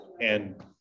and-